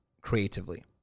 creatively